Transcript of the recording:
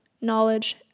knowledge